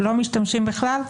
לא משתמשים בכלל?